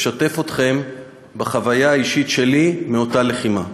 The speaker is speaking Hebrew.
לשתף אתכם בחוויה האישית שלי מאותה לחימה.